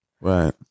Right